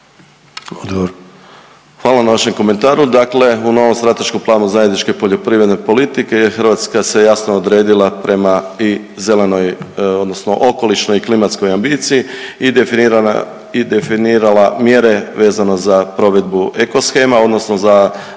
Hvala na vašem komentaru. Dakle u novom strateškom planu Zajedničke poljoprivredne politike, Hrvatska se javno odredila prema i zelenoj odnosno okolišnoj i klimatskoj ambicija i definirala mjere vezano za provedbu eko-shema, odnosno za